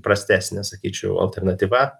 prastesnė sakyčiau alternatyva